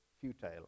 futile